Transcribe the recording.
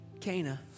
Cana